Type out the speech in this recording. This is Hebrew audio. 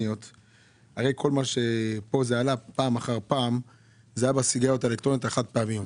מה שעלה פה פעם אחר פעם נגע לסיגריות האלקטרוניות החד פעמיות